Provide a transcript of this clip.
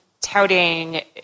touting